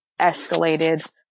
escalated